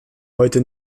heute